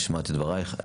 השמעת את דברייך.